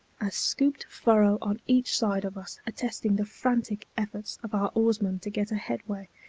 a scooped furrow on each side of us attesting the frantic efforts of our oarsmen to get a headway,